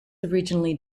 originally